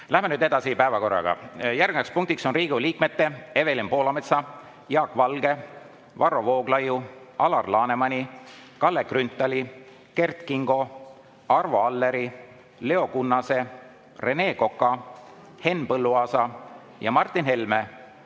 Läheme nüüd edasi päevakorraga. Järgmine punkt on Riigikogu liikmete Evelin Poolametsa, Jaak Valge, Varro Vooglaiu, Alar Lanemani, Kalle Grünthali, Kert Kingo, Arvo Alleri, Leo Kunnase, Rene Koka, Henn Põlluaasa ja Martin Helme